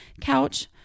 couch